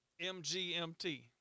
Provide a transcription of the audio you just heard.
MGMT